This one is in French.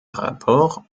rapports